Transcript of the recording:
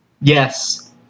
Yes